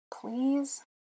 Please